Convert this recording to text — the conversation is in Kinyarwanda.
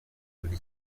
buri